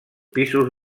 pisos